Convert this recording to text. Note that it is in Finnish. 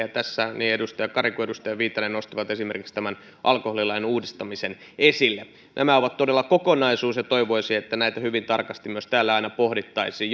tässä niin edustaja kari kuin edustaja viitanen nostivat esimerkiksi tämän alkoholilain uudistamisen esille nämä ovat todella kokonaisuus ja toivoisin että näitä hyvin tarkasti myös täällä aina pohdittaisiin